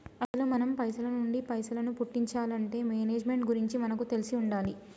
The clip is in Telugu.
అసలు మనం పైసల నుంచి పైసలను పుట్టించాలంటే మేనేజ్మెంట్ గురించి మనకు తెలిసి ఉండాలి